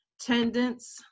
tendons